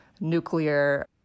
nuclear